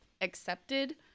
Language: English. accepted